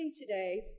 today